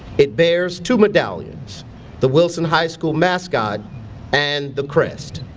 it bears two medallions the wilson high school mascot and the crest.